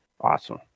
awesome